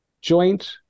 joint